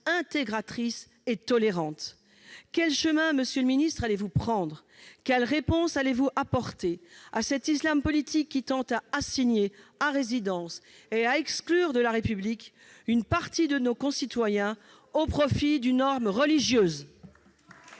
intégratrice et tolérante. Quelle outrance ! Quel chemin allez-vous prendre ? Quelle réponse allez-vous apporter à cet islam politique qui tend à assigner à résidence et à exclure de la République une partie de nos concitoyens au profit d'une norme religieuse ?